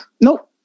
Nope